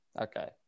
Okay